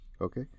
Okay